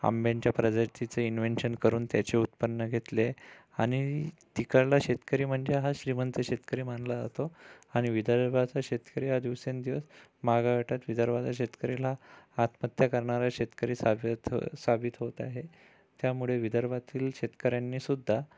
आंब्यांच्या प्रजातीचे इंव्हेंशन करून त्याचे उत्पन्न घेतले आणि तिकडला शेतकरी म्हणजे हा श्रीमंत शेतकरी मानला जातो आणि विदर्भाचा शेतकरी हा दिवसेंदिवस मागं हटत विदर्भाच्या शेतकरीला आत्महत्या करणाऱ्या शेतकरी सागथ साबित होत त्यामुळे विदर्भातील शेतकऱ्यांनीसुद्धा